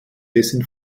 dessen